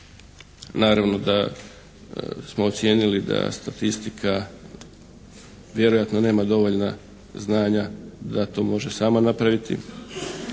Naravno da smo ocijenili da statistika vjerojatno nema dovoljno znanja da to može sama napraviti